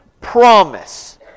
promise